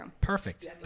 perfect